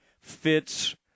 fits